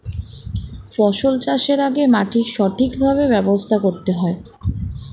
ফসল চাষের আগে মাটির সঠিকভাবে ব্যবস্থা করতে হয়